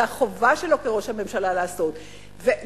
זה החובה שלו כראש הממשלה לעשות זאת.